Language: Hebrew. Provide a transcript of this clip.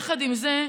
יחד עם זה,